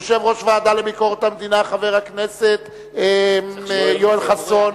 יושב-ראש הוועדה לביקורת המדינה חבר הכנסת יואל חסון,